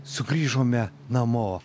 sugrįžome namo